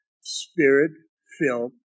spirit-filled